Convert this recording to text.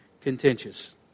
contentious